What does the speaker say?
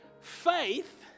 faith